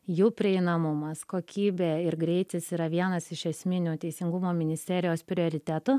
jų prieinamumas kokybė ir greitis yra vienas iš esminių teisingumo ministerijos prioritetų